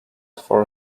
for